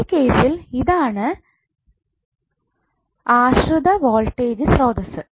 ഈ കേസിൽ ഇതാണ് ആശ്രിത വോൾട്ടേജ് സ്രോതസ്സ്